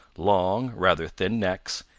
long, rather thin necks,